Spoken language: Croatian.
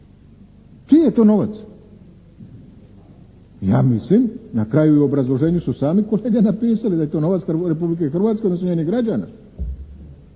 Čiji je to novac? Ja mislim, na kraju i u obrazloženju su sami kod njega napisala da je to novac Republike Hrvatske odnosno njenih građana.